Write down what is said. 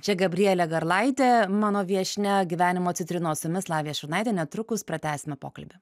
čia gabrielė garlaitė mano viešnia gyvenimo citrinos su jumis lavija šurnaitė netrukus pratęsime pokalbį